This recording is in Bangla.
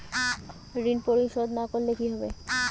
ঋণ পরিশোধ না করলে কি হবে?